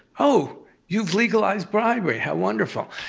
oh you've legalized bribery. how wonderful.